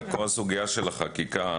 כל הסוגיה של החקיקה,